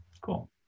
Cool